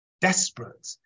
desperate